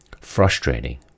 Frustrating